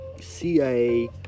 CIA